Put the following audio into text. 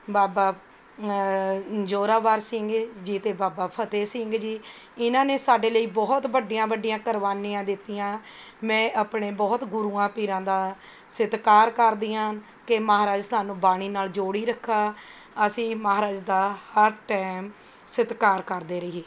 ਬਾਬਾ ਜ਼ੋਰਾਵਰ ਸਿੰਘ ਜੀ ਅਤੇ ਬਾਬਾ ਫਤਿਹ ਸਿੰਘ ਜੀ ਇਹਨਾਂ ਨੇ ਸਾਡੇ ਲਈ ਬਹੁਤ ਵੱਡੀਆਂ ਵੱਡੀਆਂ ਕੁਰਬਾਨੀਆਂ ਦਿੱਤੀਆਂ ਮੈਂ ਆਪਣੇ ਬਹੁਤ ਗੁਰੂਆਂ ਪੀਰਾਂ ਦਾ ਸਤਿਕਾਰ ਕਰਦੀ ਹਾਂ ਕਿ ਮਹਾਰਾਜ ਸਾਨੂੰ ਬਾਣੀ ਨਾਲ਼ ਜੋੜੀ ਰੱਖੇ ਅਸੀਂ ਮਹਾਰਾਜ ਦਾ ਹਰ ਟਾਇਮ ਸਤਿਕਾਰ ਕਰਦੇ ਰਹੀਏ